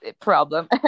problem